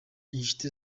inshuti